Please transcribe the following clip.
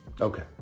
Okay